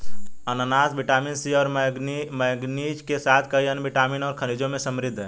अनन्नास vitamin C और manganese के साथ कई अन्य विटामिन और खनिजों में समृद्ध हैं